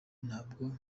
ntabwo